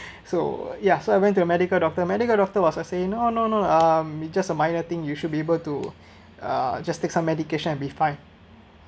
so ya so I went to a medical doctor medical doctor was saying no no no um it just a minor thing you should be able to uh just take some medication and be fine